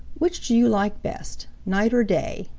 which do you like best, night or day?